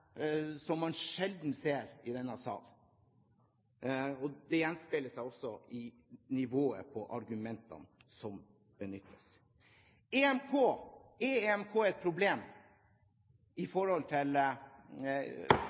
som man sjelden ser i denne salen. Det gjenspeiler seg også i nivået på argumentene som benyttes. Er EMK et problem i forhold til